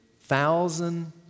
thousand